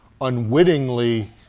unwittingly